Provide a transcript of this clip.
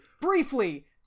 Briefly